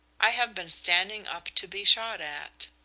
i have been standing up to be shot at.